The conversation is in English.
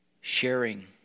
sharing